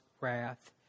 wrath